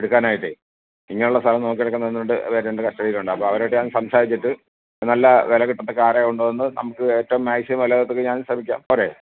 എടുക്കാനായിട്ടെ ഇങ്ങനെ ഉള്ള സ്ഥലം നോക്കി നടക്കുന്ന ഒന്ന് രണ്ട് പേർ എന്റെ കസ്റ്റഡീലുണ്ട് അപ്പം അവരോട് ഞാന് സംസാരിച്ചിട്ട് നല്ല വില കിട്ടത്തക്ക ആരെങ്കിലും ഉണ്ടോ എന്ന് നമുക്ക് ഏറ്റവും മാക്സിമം വില കിട്ടത്തക്ക ഞാന് ശ്രമിക്കാം പോരെ